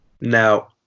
Now